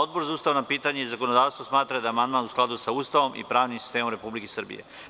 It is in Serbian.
Odbor za ustavna pitanja i zakonodavstvo smatra da je amandman u skladu sa Ustavom i pravnim sistemom Republike Srbije.